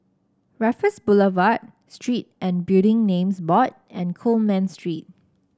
Raffles Boulevard Street and Building Names Board and Coleman Street